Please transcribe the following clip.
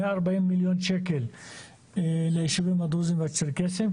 140 מיליון שקל ליישובים הדרוזים והצ'רקסים,